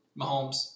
Mahomes